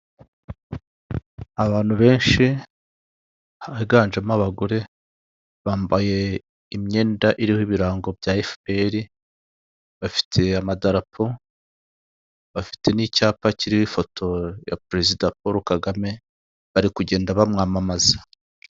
Abantu benshi higanjemo abagore, bambaye imyenda iriho ibirango bya FPR, bafite amadarapo bafite n'icyapa kiriho ifoto ya perezida Paul Kagame bari kugenda bamwamamaza.